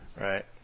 right